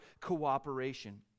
cooperation